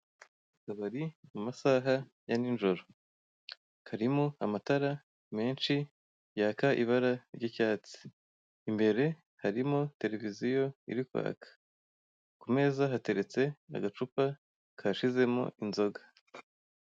Mu kabari amasaha ya nijoro karimo amatara menshi yaka ibara ry'icyatsi, imbere harimo televisiyo iri kwaka ku meza hateretse agacupa kashijemo inzoga.